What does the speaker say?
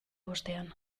bostean